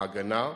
ההגנה,